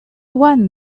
one